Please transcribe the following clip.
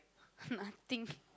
nothing